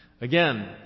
again